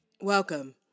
Welcome